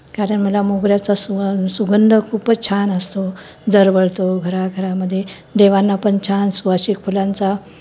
कारण मला मोगऱ्याचा सु सुगंध खूपच छान असतो दरवळतो घराघरामध्ये देवांना पण छान सुवासिक फुलांचा